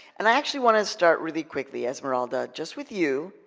and i actually want to start really quickly, esmeralda, just with you.